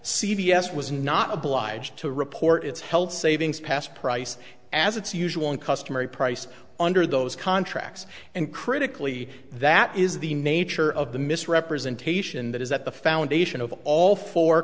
s was not obliged to report its health savings past price as its usual and customary price under those contracts and critically that is the nature of the misrepresentation that is that the foundation of all four